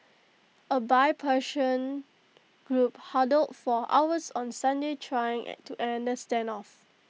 A bipartisan group huddled for hours on Sunday trying to end the standoff